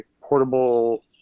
portable